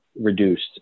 reduced